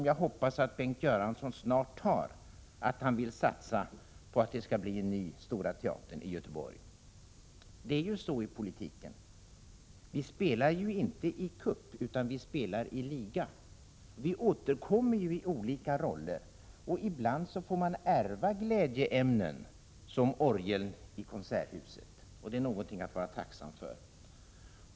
Jag hoppas också att Bengt Göransson snart fattar ett beslut i frågan och att han vill satsa på att det skall bli en ny Stora teatern i Göteborg. I politiken är det ju så att vi inte spelar i cup, utan iliga. Vi återkommer i olika 131 roller, och ibland får vi ärva glädjeämnen som t.ex. orgeln i Konserthuset, och det är någonting att vara tacksam för.